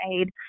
aid